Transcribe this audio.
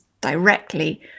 directly